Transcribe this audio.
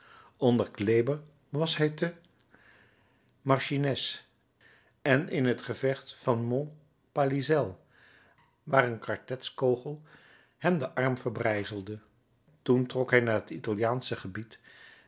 onder kleber was hij te marchiennes en in het gevecht van mont palissel waar een kartetskogel hem den arm verbrijzelde toen trok hij naar het italiaansche gebied